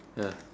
ya